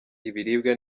ibiribwa